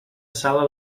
sala